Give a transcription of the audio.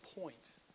point